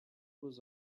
was